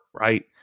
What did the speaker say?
right